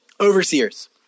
Overseers